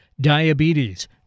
diabetes